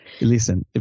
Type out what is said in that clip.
Listen